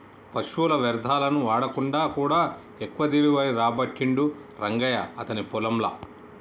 పశువుల వ్యర్ధాలను వాడకుండా కూడా ఎక్కువ దిగుబడి రాబట్టిండు రంగయ్య అతని పొలం ల